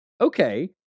Okay